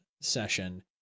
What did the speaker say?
session